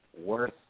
worth